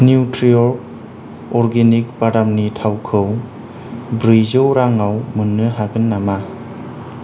न्युत्रिअर्ग organic बादामनि थावखौ ब्रैजौ राङाव मोन्नो हागोन नामा